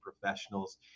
professionals